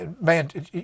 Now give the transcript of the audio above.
man